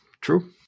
True